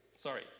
Sorry